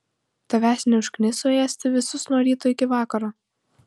tavęs neužkniso ėsti visus nuo ryto iki vakaro